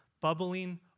bubbling